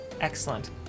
Excellent